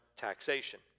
taxation